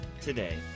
today